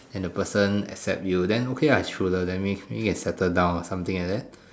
and the person accept you then okay ah is true love then may maybe can settle down or something like that